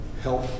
help